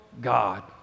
God